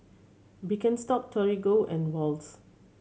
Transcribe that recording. Birkenstock Torigo and Wall's